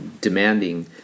demanding